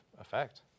effect